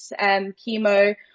chemo